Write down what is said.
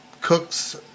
cooks